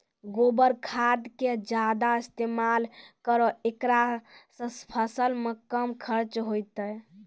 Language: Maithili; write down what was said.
गोबर खाद के ज्यादा इस्तेमाल करौ ऐकरा से फसल मे कम खर्च होईतै?